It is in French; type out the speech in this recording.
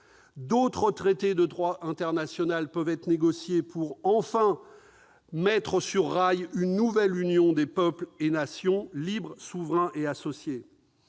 D'autres traités de droit international peuvent être négociés pour, enfin, mettre sur rail une nouvelle union des peuples et des nations libres, souverains et associés.